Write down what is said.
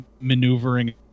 maneuvering